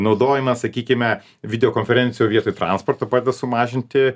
naudojimas sakykime video konferencijų vietoj transporto padeda sumažinti